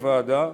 בוועדה,